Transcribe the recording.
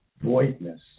voidness